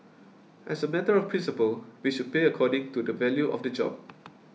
as a matter of principle we should pay according to the value of the job